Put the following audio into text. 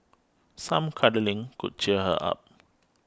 some cuddling could cheer her up